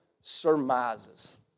surmises